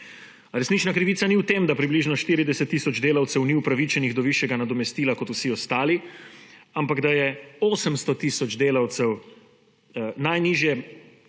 resnična krivica ni v tem, da približno 40 tisoč delavcev ni upravičenih do višjega nadomestila kot vsi ostali, ampak da je za 800 tisoč delavcev najnižje